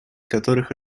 которых